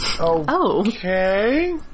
Okay